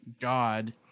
God